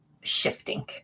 shifting